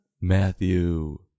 Matthew